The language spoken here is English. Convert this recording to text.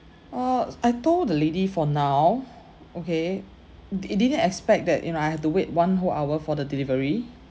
uh I told the lady for now okay it didn't expect that you know I've to wait one whole hour for the delivery